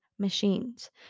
Machines